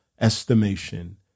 estimation